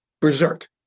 berserk